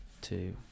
two